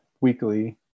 weekly